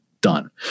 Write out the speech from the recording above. done